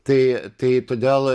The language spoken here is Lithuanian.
tai tai todėl